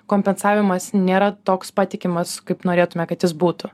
kompensavimas nėra toks patikimas kaip norėtume kad jis būtų